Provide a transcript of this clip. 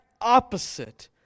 opposite